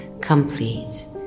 complete